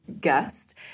guest